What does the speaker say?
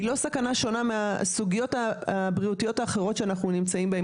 היא לא סכנה שהיא שונה מהסוגיות הבריאותיות האחרות שאנחנו נמצאים בהן,